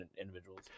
individuals